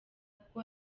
kuko